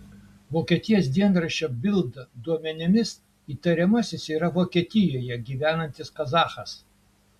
vokietijos dienraščio bild duomenimis įtariamasis yra vokietijoje gyvenantis kazachas